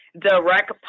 direct